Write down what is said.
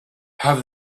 have